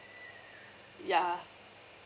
yeah